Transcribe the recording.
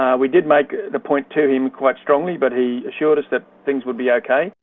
um we did make the point to him quite strongly but he assured us that things would be okay.